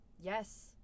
yes